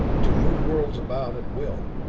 to move worlds about at will.